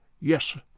Yes